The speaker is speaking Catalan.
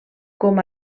com